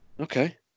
Okay